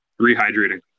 Rehydrating